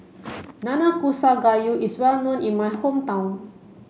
Nanakusa Gayu is well known in my hometown